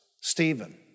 Stephen